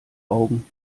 augen